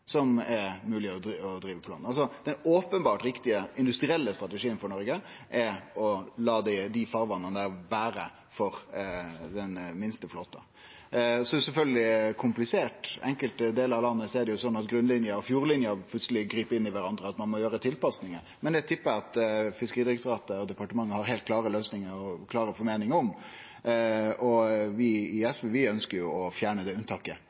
som er mogleg å drive på land. Den openbert riktige industrielle strategien for Noreg er å la dei farvatna der vere for den minste flåten. Så er det sjølvsagt komplisert. I enkelte delar av landet er det sånn at grunnlinja og fjordlinja plutseleg grip inn i kvarandre, og at ein må gjere tilpassingar, men det tippar eg at Fiskeridirektoratet og departementet har heilt klare løysingar på og meiningar om. Vi i SV ønsker å fjerne det unntaket